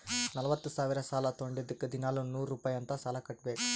ನಲ್ವತ ಸಾವಿರ್ ಸಾಲಾ ತೊಂಡಿದ್ದುಕ್ ದಿನಾಲೂ ನೂರ್ ರುಪಾಯಿ ಅಂತ್ ಸಾಲಾ ಕಟ್ಬೇಕ್